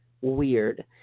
weird